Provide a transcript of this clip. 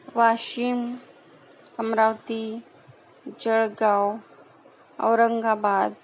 Washim Amravati Jalgaon Aurangabad